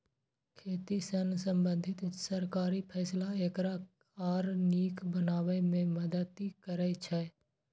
खेती सं संबंधित सरकारी फैसला एकरा आर नीक बनाबै मे मदति करै छै